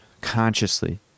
consciously